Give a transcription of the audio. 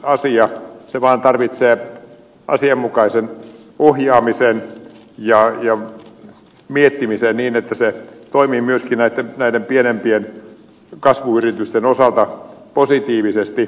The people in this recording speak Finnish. se vaan tarvitsee asianmukaisen ohjaamisen ja miettimisen niin että se toimii myöskin näiden pienempien kasvuyritysten osalta positiivisesti